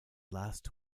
last